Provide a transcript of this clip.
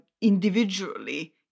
individually